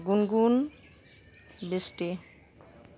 গুনগুণ দৃষ্টি